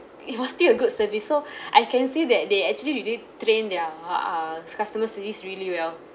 it was still a good service so I can see that they actually really train their err customer service really well